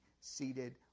seated